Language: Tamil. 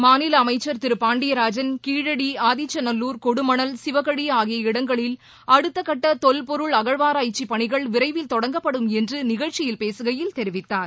மாநில அமைச்ச் திரு பாண்டியராஜன் கீழடி ஆதிச்சநல்லுர் கொடுமணல் சிவகழி ஆகிய இடங்களில் அடுத்தகட்ட தொல்பொருள் அகழ்வாராய்ச்சிப் பணிகள் விரைவில் தொடங்கப்படும் என்று நிகழ்ச்சியில் பேசுகையில் தெரிவித்தார்